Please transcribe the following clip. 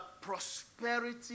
prosperity